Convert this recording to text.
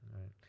Right